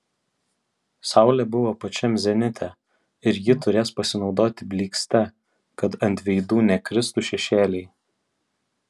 saulė buvo pačiam zenite ir ji turės pasinaudoti blykste kad ant veidų nekristų šešėliai